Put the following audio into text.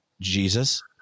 Jesus